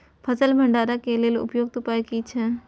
फसल भंडारण के लेल उपयुक्त उपाय कि छै?